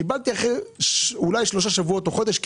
קיבלתי אותם אולי אחרי שלושה שבועות-חודש.